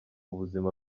buzima